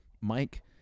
Mike